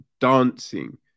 dancing